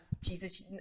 Jesus